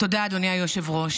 תודה, אדוני היושב-ראש.